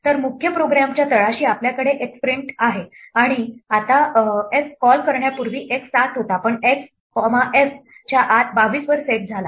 तर मुख्य प्रोग्रॅमच्या तळाशी आपल्याकडे x प्रिंट आहे आता f कॉल करण्यापूर्वी x 7 होता पण x f च्या आत 22 वर सेट झाला